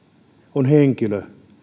on henkilö